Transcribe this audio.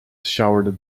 showered